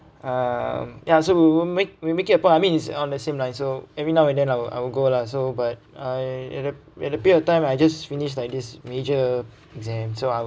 um ya so we'll we'll make we make it a point I mean is on the same line so every now and then I'll I will go lah so but I at a at a bit of time I just finished like this major exam so I will